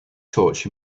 torch